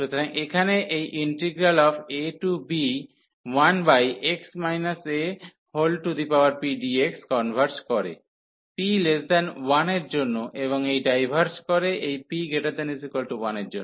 সুতরাং এখানে এই ইন্টিগ্রাল ab1x apdx কনভার্জ করে p1 এর জন্য এবং ডাইভার্জ করে এই p≥1 এর জন্য